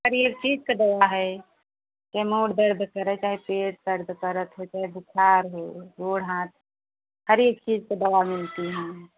हर एक चीज़ का दवा है चाहे मूड़ दर्द करे चाहे पेट दर्द करत हो चाहे बुखार हो गोड़ हाथ हर एक चीज़ का दवा मिलती है